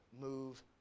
move